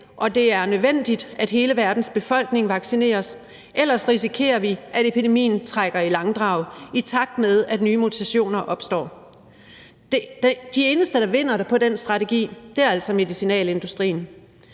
og det er nødvendigt, at hele verdens befolkning vaccineres. Ellers risikerer vi, at epidemien trækker i langdrag, i takt med at nye mutationer opstår. De eneste, der vinder på den strategi, er altså medicinalindustrien.